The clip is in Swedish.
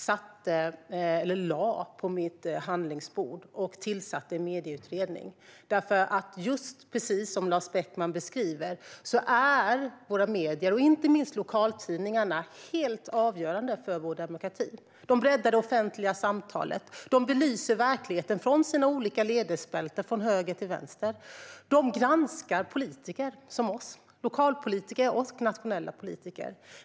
Jag lade den på mitt handlingsbord och tillsatte en medieutredning. Precis som Lars Beckman beskriver är våra medier, inte minst lokaltidningarna, helt avgörande för vår demokrati. De breddar det offentliga samtalet. De belyser verkligheten i sina olika ledarspalter, från höger till vänster. De granskar politiker, både lokalpolitiker och oss nationella politiker.